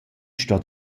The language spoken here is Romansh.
sto